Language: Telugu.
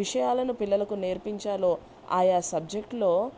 విషయాలను పిల్లలకు నేర్పించాలో ఆయా సబ్జెక్టులో